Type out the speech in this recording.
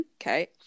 Okay